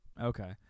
okay